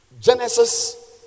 Genesis